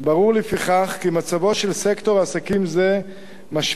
לפיכך ברור כי מצבו של סקטור עסקים זה משפיע